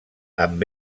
amb